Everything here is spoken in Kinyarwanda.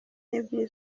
n’ebyiri